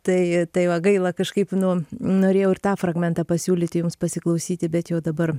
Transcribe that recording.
tai tai va gaila kažkaip nu norėjau ir tą fragmentą pasiūlyti jums pasiklausyti bet jau dabar